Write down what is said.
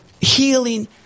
healing